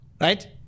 right